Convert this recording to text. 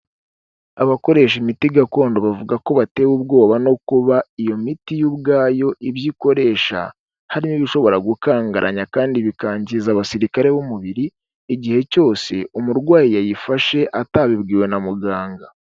Abakoresha imiti gakondo bavuga ko batewe ubwoba no kuba iyo miti ubwayo ibyo ikoresha hari n'ibishobora gukangaranya kandi bikangiza abasirikare b'umubiri igihe cyose umurwayi yayifashe atabibwiwe na muganga.